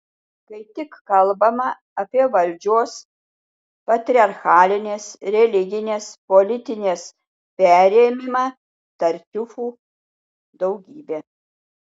kai tik kalbama apie valdžios patriarchalinės religinės politinės perėmimą tartiufų daugybė